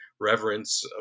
reverence